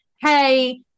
hey